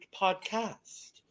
podcast